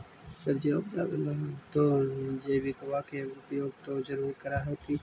सब्जिया उपजाबे ला तो जैबिकबा के उपयोग्बा तो जरुरे कर होथिं?